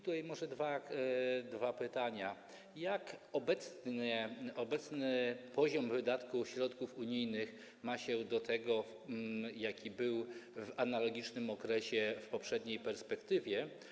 Tutaj może dwa pytania: Jak obecny poziom wydatków środków unijnych ma się do tego, jaki był on w analogicznym okresie w poprzedniej perspektywie?